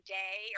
day